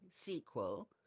sequel